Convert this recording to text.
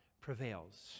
prevails